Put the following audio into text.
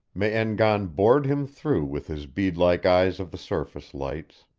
me-en-gan bored him through with his bead-like eyes of the surface lights.